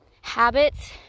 Habits